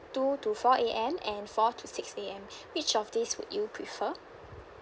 two to four A_M and and four to six A_m which of this would you prefer